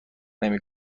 نمی